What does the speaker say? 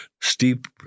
steep